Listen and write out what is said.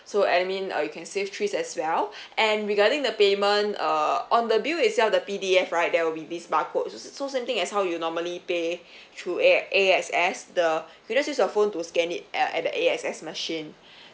so I mean uh you can save trees as well and regarding the payment uh on the bill itself the P_D_F right there will be this barcode so so so same thing as how you normally pay through A~ A_X_S you can just use your phone to scan it uh at the A_X_S machine